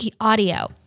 audio